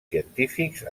científics